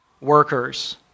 workers